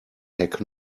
heck